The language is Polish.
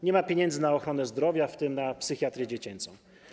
Nie ma pieniędzy na ochronę zdrowia, w tym na psychiatrię dziecięcą.